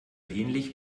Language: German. ähnlich